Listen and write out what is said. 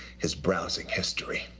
his browsing history.